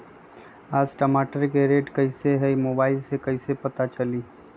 आज टमाटर के रेट कईसे हैं मोबाईल से कईसे पता चली?